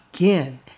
Again